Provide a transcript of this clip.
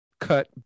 cut